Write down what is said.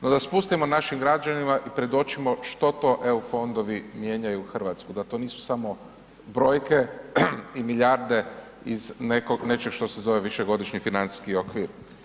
No da spustimo našim građanima i predočimo što to EU fondovi mijenjaju RH, da to nisu samo brojke i milijarde iz nečeg što se zove višegodišnji financijski okvir.